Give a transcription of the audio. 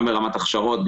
גם ברמת הכשרות,